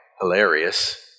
Hilarious